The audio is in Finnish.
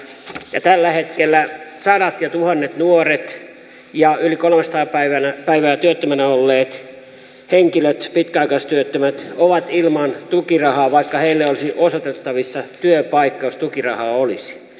ja tällä hetkellä sadat ja tuhannet nuoret ja yli kolmesataa päivää päivää työttömänä olleet henkilöt pitkäaikaistyöttömät ovat ilman tukirahaa vaikka heille olisi osoitettavissa työpaikka jos tukirahaa olisi